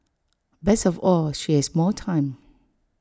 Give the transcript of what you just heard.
best of all she has more time